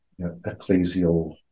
ecclesial